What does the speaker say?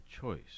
choice